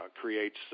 creates